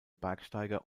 bergsteiger